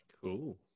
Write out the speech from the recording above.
cool